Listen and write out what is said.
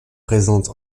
présente